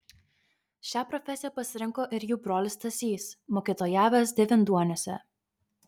šią profesiją pasirinko ir jų brolis stasys mokytojavęs devynduoniuose